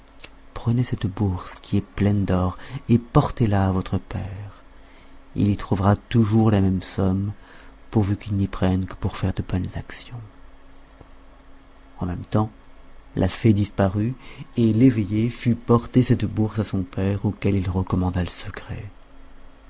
prenez cette bourse qui est pleine d'or et portez-la à votre père il y trouvera toujours la même somme pourvu qu'il n'y prenne que pour de bonnes actions en même temps la fée disparut et l'eveillé fut porter cette bourse à son père auquel il recommanda le secret